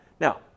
Now